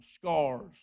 scars